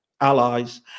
allies